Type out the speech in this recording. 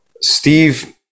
Steve